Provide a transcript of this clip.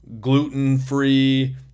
gluten-free